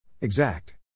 exact